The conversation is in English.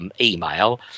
email